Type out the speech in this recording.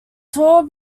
tall